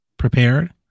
Prepared